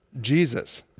Jesus